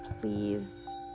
please